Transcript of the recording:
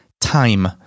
time